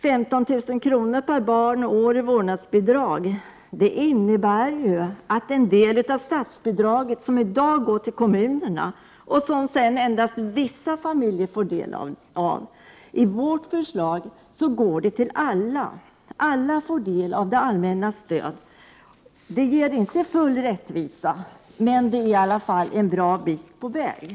15 000 kr. per barn och år i vårdnadsbidrag innebär att en del av statsbidraget, som i dag går till kommunerna och som sedan endast vissa familjer får del av, i vårt förslag går till alla. Alla får del av det allmännas stöd. Det ger inte full rättvisa, men det är en bra bit på väg.